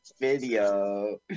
Video